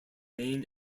main